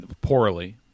Poorly